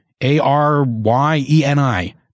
A-R-Y-E-N-I